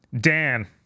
Dan